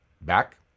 back